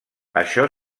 això